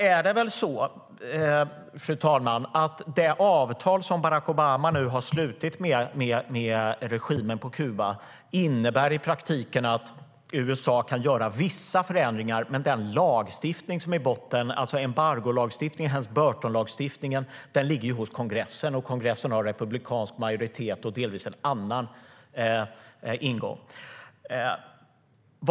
Fru talman! Det avtal som Barack Obama nu har slutit med regimen på Kuba innebär i praktiken att USA kan göra vissa förändringar. Men den lagstiftning som ligger i botten, det vill säga embargolagstiftningen - Helms-Burton-lagen - ligger hos kongressen. Den har republikansk majoritet och delvis en annan ingång.